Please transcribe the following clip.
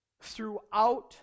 throughout